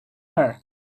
her